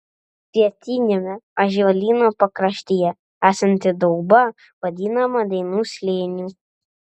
pietiniame ąžuolyno pakraštyje esanti dauba vadinama dainų slėniu